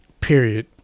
Period